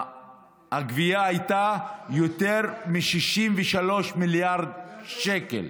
הגבייה הייתה יותר מ-63 מיליארד שקל.